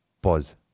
Pause